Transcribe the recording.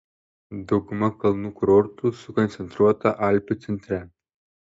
dauguma kalnų kurortų sukoncentruota alpių centre